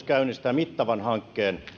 hallitus käynnistää mittavan hankkeen